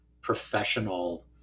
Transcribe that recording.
professional